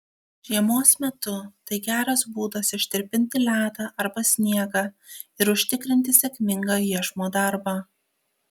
žiemos metu tai geras būdas ištirpinti ledą arba sniegą ir užtikrinti sėkmingą iešmo darbą